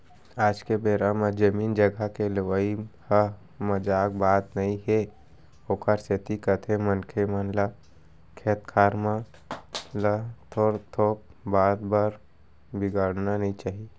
आज के बेरा म जमीन जघा के लेवई ह मजाक बात नई हे ओखरे सेती कथें मनखे मन ल खेत खार मन ल थोक थोक बात बर बिगाड़ना नइ चाही